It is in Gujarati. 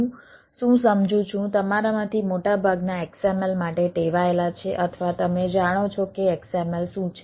હું શું સમજું છું તમારામાંથી મોટાભાગના XML માટે ટેવાયેલા છે અથવા તમે જાણો છો કે XML શું છે